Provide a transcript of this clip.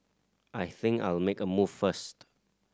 I think I'll make a move first